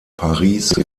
paris